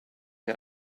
her